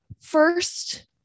first